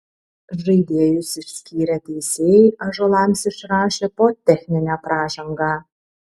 žaidėjus išskyrę teisėjai ąžuolams išrašė po techninę pražangą